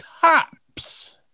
cops